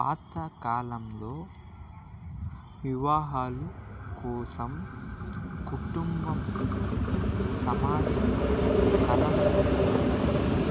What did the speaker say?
పాతకాలంలో వివాహాలు కోసం కుటుంబం సమాజం కులం వంటి